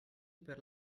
per